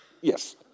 Yes